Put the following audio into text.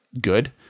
good